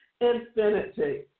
infinity